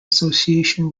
association